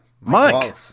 mike